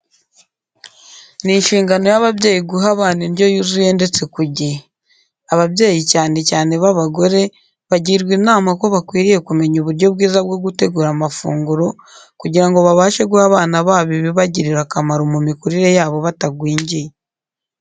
Ni inshingano y'ababyeyi guha abana indyo yuzuye ndetse ku gihe. Ababyeyi cyane cyane b'abagore bagirwa inama ko bakwiriye kumenya uburyo bwiza bwo gutegura amafunguro kugira ngo babashe guha abana babo ibibagirira akamaro mu mikurire yabo batagwingiye.